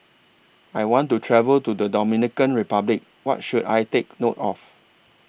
I want to travel to The Dominican Republic What should I Take note of